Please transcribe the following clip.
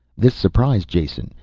this surprised jason.